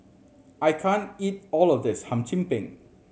I can't eat all of this Hum Chim Peng